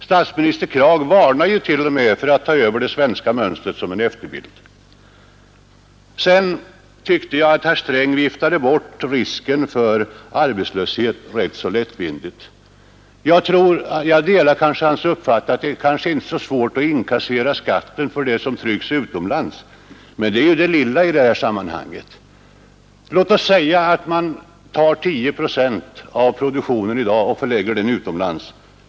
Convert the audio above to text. Statsminister Krag varnar t.o.m. för att efterbilda det svenska mönstret. Jag tyckte att herr Sträng viftade bort risken för arbetslöshet rätt så lättvindigt. Jag delar hans uppfattning att det kanske inte är så svårt att inkassera skatten för det som trycks utomlands, men det är ju det lilla i sammanhanget. Låt oss säga att man tar 10 procent av produktionen i dag och förlägger den utomlands.